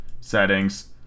Settings